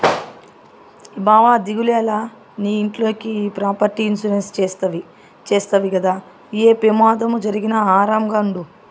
బావా దిగులేల, నీ ఇంట్లోకి ఈ ప్రాపర్టీ ఇన్సూరెన్స్ చేస్తవి గదా, ఏ పెమాదం జరిగినా ఆరామ్ గుండు